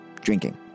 drinking